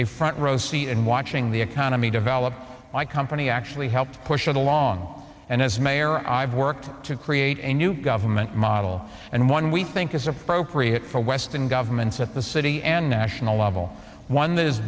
a front row seat in watching the economy develop my company actually helped push it along and as mayor i've worked to create a new government model and one we think is appropriate for western governments at the city and national level one